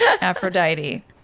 Aphrodite